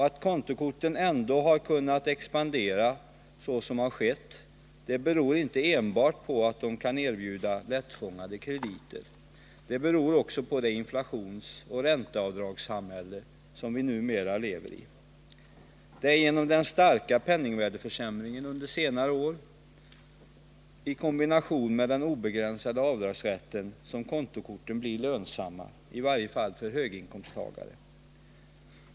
Att kontokorten ändå kunnat expandera så som har skett beror inte enbart på att de kan erbjuda lättfångade krediter utan också på det inflationsoch ränteavdragssamhälle som vi numera lever i. Det är på grund av den starka penningvärdeförsämringen under senare år, i kombination med den obegränsade avdragsrätten, som kontokorten blir lönsamma -— i varje fall för höginkomsttagare.